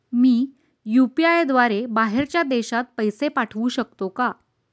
मी UPI द्वारे बाहेरच्या देशात पैसे पाठवू शकतो का?